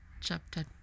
chapter